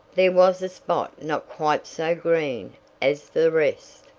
there was a spot not quite so green as the rest,